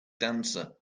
dancer